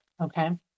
okay